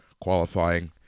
qualifying